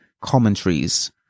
commentaries